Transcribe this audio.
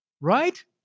Right